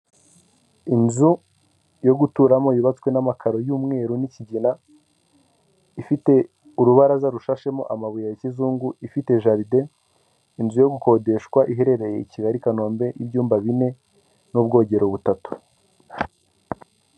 Inzu yo guturamo yubatswe n'amakaro y'umweru n'ikigina ifite urubaraza rushashemo amabuye ya kizungu, ifite jaride, inzu yo gukodeshwa iherereye i Kigali, i Kanombe y'ibyumba bine n'ubwogero butatu.